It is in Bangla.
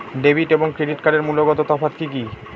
ডেবিট এবং ক্রেডিট কার্ডের মূলগত তফাত কি কী?